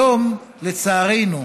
היום, לצערנו,